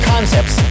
concepts